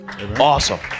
Awesome